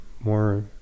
more